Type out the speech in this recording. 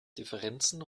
differenzen